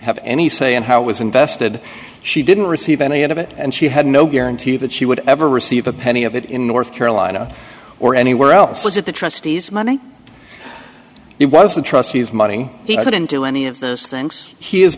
have any say in how it was invested she didn't receive any end of it and she had no guarantee that she would ever receive a penny of it in north carolina or anywhere else was that the trustees money it was the trustees money he didn't do any of those things he is